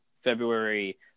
February